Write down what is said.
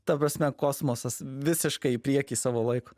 ta prasme kosmosas visiškai į priekį savo laiko